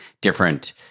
different